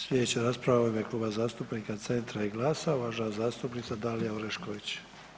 Sljedeća rasprava u ime Kluba zastupnika Centra i GLAS-a uvažena zastupnica Dalija Orešković.